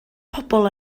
pobl